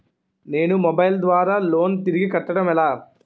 నేను మొబైల్ ద్వారా లోన్ తిరిగి కట్టడం ఎలా?